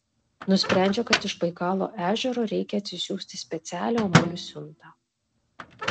nusprendžia kad iš baikalo ežero reikia atsisiųsti specialią omulių siuntą